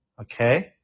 Okay